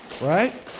Right